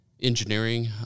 engineering